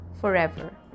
forever